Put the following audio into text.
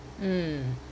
mmhmm